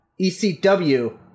ECW